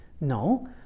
No